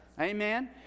Amen